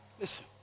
Listen